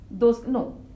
No